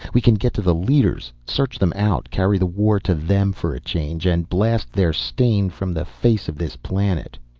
we can get to the leaders. search them out, carry the war to them for a change and blast their stain from the face of this planet!